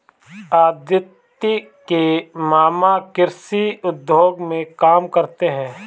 अदिति के मामा कृषि उद्योग में काम करते हैं